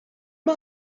mae